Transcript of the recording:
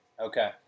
Okay